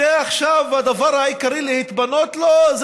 כי עכשיו הדבר העיקרי להתפנות לו זה